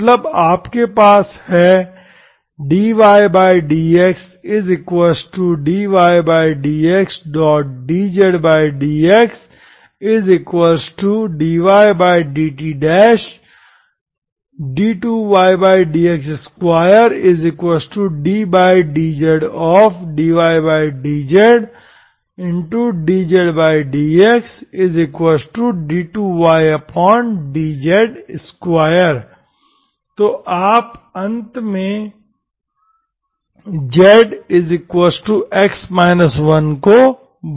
मतलब आपके पास है dydxdydxdzdxdydt d2ydx2ddzdydzdzdx d2ydz2 तो आप अंत में zx 1 को बदल सकते हैं